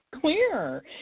Clear